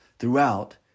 Throughout